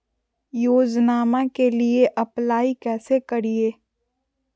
योजनामा के लिए अप्लाई कैसे करिए?